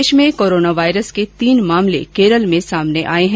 देश में कोरानावायरस के तीन मामले केरल में सामने आए है